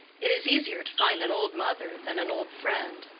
it is easier to find an old mother than an old friend.